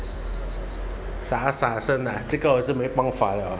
洒洒声啊这个我就没办法了哦